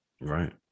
Right